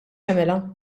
jagħmilha